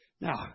now